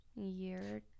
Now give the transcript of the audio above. year